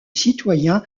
citoyen